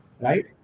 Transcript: right